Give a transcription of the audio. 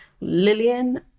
Lillian